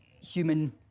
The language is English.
human